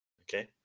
Okay